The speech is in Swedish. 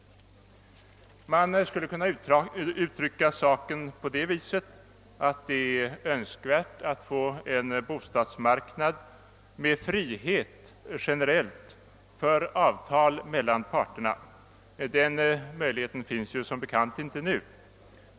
Man skulle kunna uttrycka saken så, att det är Önskvärt att få en bostaädsmarknad med generell frihet för avtal mellan parterna — den möjligheten finns som bekant inte nu.